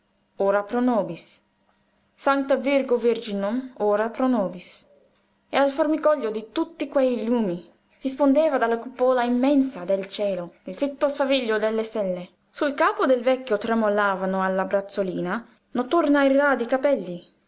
ora pro nobis sancta virgo virginum ora pro nobis e al formicolio di tutti quei lumi rispondeva dalla cupola immensa del cielo il fitto sfavillío delle stelle sul capo del vecchio tremolavano alla brezzolina notturna i radi capelli